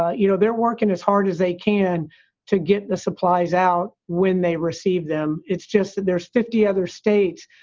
ah you know, they're working as hard as they can to get the supplies out when they receive them. it's just that there's fifty other states.